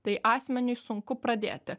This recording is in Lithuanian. tai asmeniui sunku pradėti